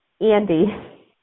Andy